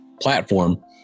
platform